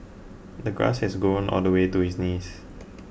the grass had grown all the way to his knees